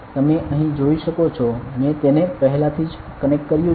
તમે અહીં જોઈ શકો છો મેં તેને પહેલાથી જ કનેક્ટ કર્યું છે